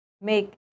make